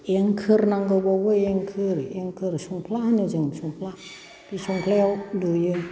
एंखोर नांगौ बावबो एंखोर एंखोर संफ्ला होनो संफ्ला जों बे संफ्लायाव लुयो